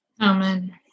Amen